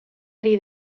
ari